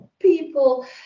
people